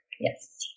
Yes